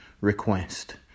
request